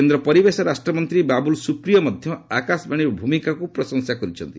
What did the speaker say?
କେନ୍ଦ୍ର ପରିବେଶ ରାଷ୍ଟ୍ର ମନ୍ତ୍ରୀ ବାବୁଲ୍ ସୁପ୍ରିଓ ମଧ୍ୟ ଆକାଶବାଣୀର ଭୂମିକାକୁ ପ୍ରଶଂସା କରିଛନ୍ତି